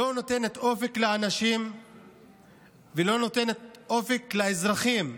לא נותנת אופק לאנשים ולא נותנת אופק לאזרחים.